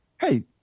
hey